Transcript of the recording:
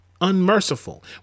unmerciful